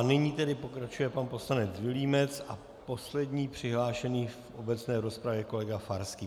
Nyní tedy pokračuje pan poslanec Vilímec a poslední přihlášený v obecné rozpravě je kolega Farský.